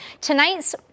Tonight's